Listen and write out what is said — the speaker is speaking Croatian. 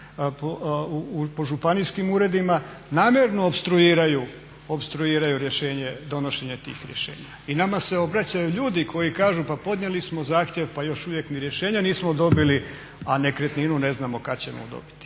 po županijskim uredima namjerno opstruiraju rješenje, donošenje tih rješenja. I nama se obraćaju ljudi koji kažu pa podnijeli smo zahtjev pa još uvijek ni rješenja nismo dobili, a nekretninu ne znamo kad ćemo dobiti.